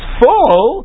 full